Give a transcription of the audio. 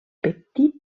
petit